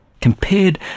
compared